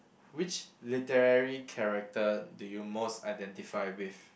which literary character do you most identify with